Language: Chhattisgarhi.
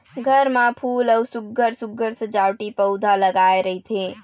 घर म फूल अउ सुग्घर सुघ्घर सजावटी पउधा लगाए रहिथे